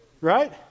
Right